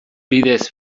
bidez